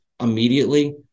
immediately